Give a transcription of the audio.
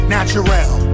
Natural